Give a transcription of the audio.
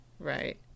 Right